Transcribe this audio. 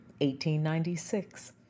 1896